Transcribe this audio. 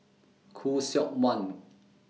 Khoo Seok Wan